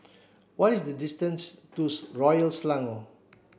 what is the distance to Royal Selangor